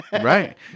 Right